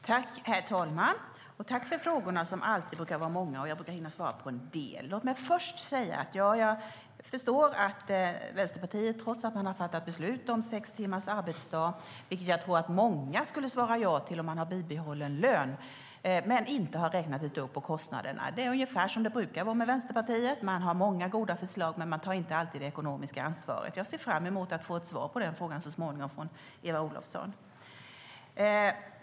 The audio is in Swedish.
Herr talman! Tack för frågorna, Eva Olofsson! De brukar alltid vara många, och jag brukar hinna svara på en del. Låt mig först säga att jag förstår att Vänsterpartiet har fattat beslut om sex timmars arbetsdag - vilket jag tror att många skulle tacka ja till om de hade bibehållen lön - utan att ha räknat ett dugg på kostnaderna. Det är ungefär som det brukar vara med Vänsterpartiet: Man har många goda förslag, men man tar inte alltid det ekonomiska ansvaret. Jag ser fram emot att så småningom få ett svar på den frågan från Eva Olofsson.